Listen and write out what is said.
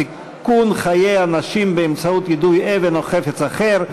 סיכון חיי אנשים באמצעות יידוי אבן או חפץ אחר),